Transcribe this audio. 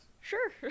Sure